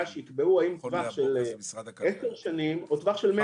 שיקבעו האם טווח של עשר שנים או טווח של 100